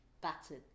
battered